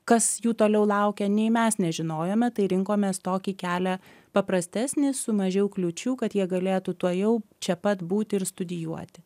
kas jų toliau laukia nei mes nežinojome tai rinkomės tokį kelią paprastesnį su mažiau kliūčių kad jie galėtų tuojau čia pat būti ir studijuoti